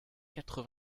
quatre